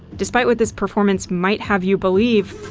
despite what this performance might have you believe,